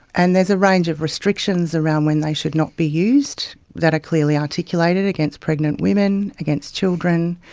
and there's a range of restrictions around when they should not be used that are clearly articulated against pregnant women, against children,